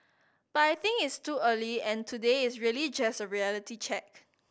but I think it's too early and today is really just a reality check